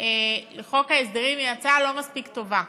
לחוק ההסדרים היא הצעה לא מספיק טובה,